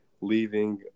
leaving